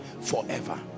forever